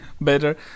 better